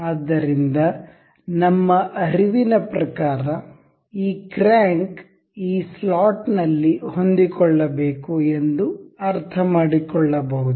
ಆದ್ದರಿಂದ ನಮ್ಮ ಅರಿವಿನ ಪ್ರಕಾರ ಈ ಕ್ರ್ಯಾಂಕ್ ಈ ಸ್ಲಾಟ್ನಲ್ಲಿ ಹೊಂದಿಕೊಳ್ಳಬೇಕು ಎಂದು ಅರ್ಥಮಾಡಿಕೊಳ್ಳಬಹುದು